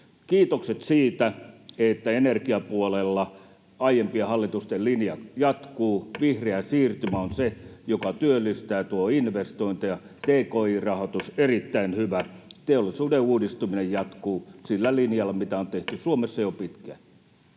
Kiitokset siitä, että energiapuolella aiempien hallitusten linja jatkuu. Vihreä siirtymä on se, mikä työllistää ja tuo investointeja. Tki-rahoitus — erittäin hyvä. Teollisuuden uudistuminen jatkuu sillä linjalla, mitä on tehty Suomessa jo pitkään.